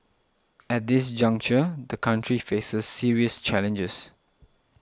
at this juncture the country faces serious challenges